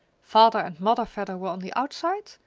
father and mother vedder were on the outside,